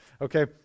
okay